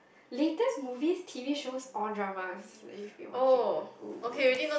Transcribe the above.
latest movies T_V shows or dramas that you've been watching !woo!